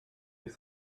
les